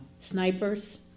snipers